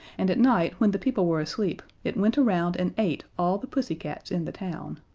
and at night when the people were asleep it went around and ate all the pussy-cats in the town.